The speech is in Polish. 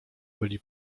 byli